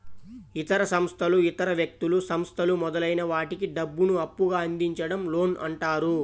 ఇతర సంస్థలు ఇతర వ్యక్తులు, సంస్థలు మొదలైన వాటికి డబ్బును అప్పుగా అందించడం లోన్ అంటారు